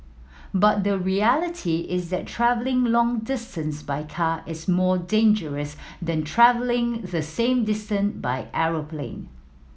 but the reality is that travelling long distances by car is more dangerous than travelling the same distant by aeroplane